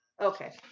Okay